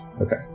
Okay